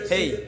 Hey